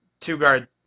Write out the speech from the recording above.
two-guard